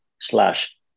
slash